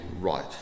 right